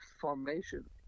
formation